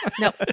Nope